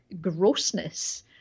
grossness